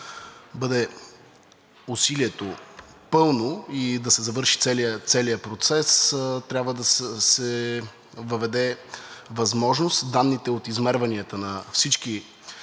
бъде усилието пълно и да се завърши целият процес, трябва да се въведе възможност данните от измерванията на всички